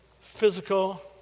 physical